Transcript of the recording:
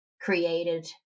created